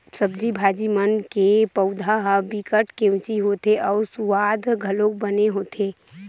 सब्जी भाजी मन के पउधा ह बिकट केवची होथे अउ सुवाद घलोक बने होथे